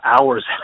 hours